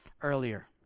earlier